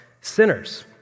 sinners